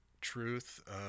truth